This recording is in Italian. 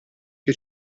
che